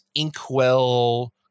Inkwell